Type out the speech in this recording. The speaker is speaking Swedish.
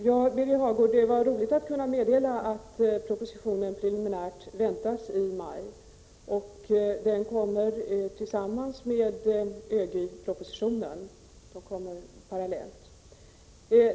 Herr talman! Det var roligt, Birger Hagård, att kunna meddela att propositionen preliminärt väntas i maj. Den kommer parallellt med ögypropositionen.